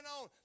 on